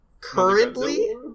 currently